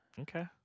Okay